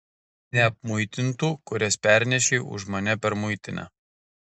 neapmuitintų kurias pernešei už mane per muitinę